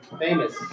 famous